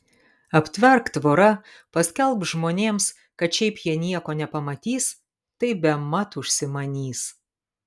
aptverk tvora paskelbk žmonėms kad šiaip jie nieko nepamatys tai bemat užsimanys